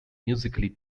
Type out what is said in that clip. musically